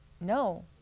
no